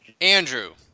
Andrew